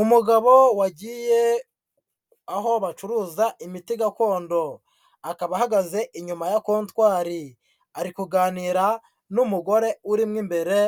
Umugabo wagiye aho bacuruza imiti gakondo, akaba ahagaze inyuma ya kontwari, ari kuganira n'umugore urimo imbere,